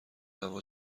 هوا